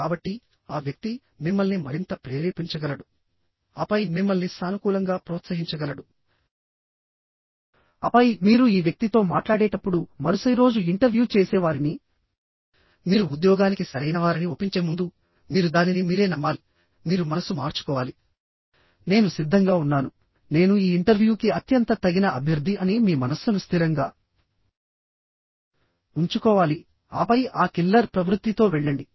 కాబట్టి ఆ వ్యక్తి మిమ్మల్ని మరింత ప్రేరేపించగలడు ఆపై మిమ్మల్ని సానుకూలంగా ప్రోత్సహించగలడు ఆపై మీరు ఈ వ్యక్తితో మాట్లాడేటప్పుడు మరుసటి రోజు ఇంటర్వ్యూ చేసేవారిని మీరు ఉద్యోగానికి సరైనవారని ఒప్పించే ముందు మీరు దానిని మీరే నమ్మాలి మీరు మనసు మార్చుకోవాలి నేను సిద్ధంగా ఉన్నాను నేను ఈ ఇంటర్వ్యూకి అత్యంత తగిన అభ్యర్థి అని మీ మనస్సును స్థిరంగా ఉంచుకోవాలి ఆపై ఆ కిల్లర్ ప్రవృత్తితో వెళ్ళండి